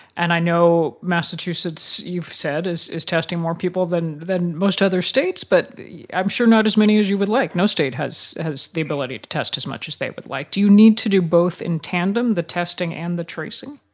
and i know massachusetts, you've said, is is testing more people than than most other states, but i'm sure not as many as you would like. no state has has the ability to test as much as they would like. do you need to do both in tandem the testing and the tracing?